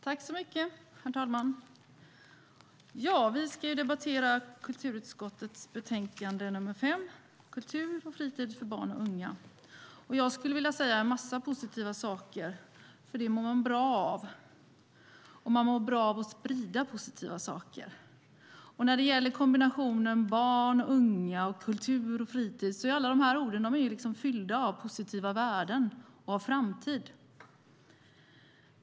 Herr talman! Vi debatterar kulturutskottets betänkande nr 5, Kultur och fritid för barn och unga . Jag skulle vilja säga en massa positiva saker, för det mår man bra av. Man mår också bra av att sprida positiva saker. Orden barn, unga, kultur och fritid är i kombination fyllda av positiva värden och framtid.